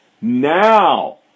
Now